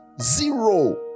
Zero